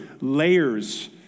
layers